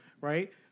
Right